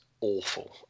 awful